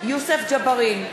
יוסף ג'בארין,